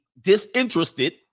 disinterested